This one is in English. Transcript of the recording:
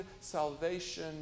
salvation